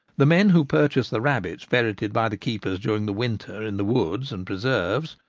the men who purchase the rabbits ferreted by the keepers during the winter in the woods and preserves,